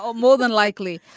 um more than likely.